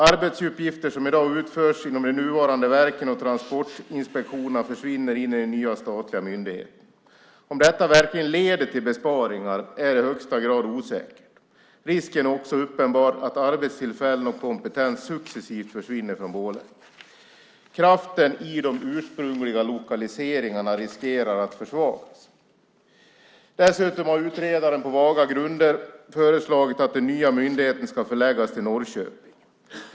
Arbetsuppgifter som i dag utförs inom de nuvarande verken och transportinspektionerna försvinner in i den nya statliga myndigheten. Om detta verkligen leder till besparingar är i högsta grad osäkert. Risken är också uppenbar att arbetstillfällen och kompetens successivt försvinner från Borlänge. Kraften i de ursprungliga lokaliseringarna riskerar att förminskas. Dessutom har utredaren på vaga grunder föreslagit att den nya myndigheten ska förläggas till Norrköping.